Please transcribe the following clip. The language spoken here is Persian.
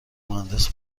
مهندس